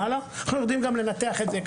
אנחנו יודעים גם לנתח את זה,